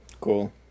Cool